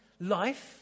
life